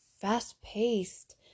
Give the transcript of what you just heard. fast-paced